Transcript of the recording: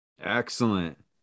Excellent